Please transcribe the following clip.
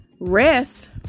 rest